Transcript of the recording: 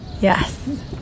yes